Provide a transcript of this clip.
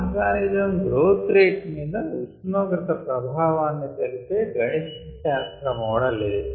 organism growth rate మీద ఉష్ణోగ్రత ప్రభావాన్ని తెలిపే గణితశాస్త్ర మోడల్ ఇది